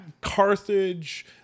Carthage